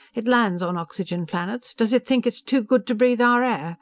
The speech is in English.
it lands on oxygen planets! does it think it's too good to breathe our air